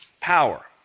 power